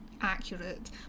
accurate